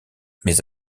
mes